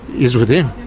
is with